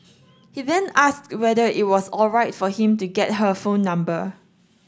he then asked whether it was alright for him to get her phone number